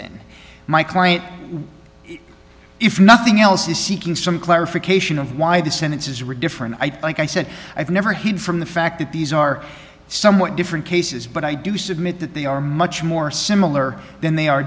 in my client if nothing else is seeking some clarification of why the sentence is riddiford like i said i've never hid from the fact that these are somewhat different cases but i do submit that they are much more similar than they are